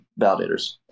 validators